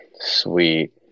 Sweet